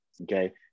okay